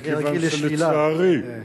מכיוון שלצערי,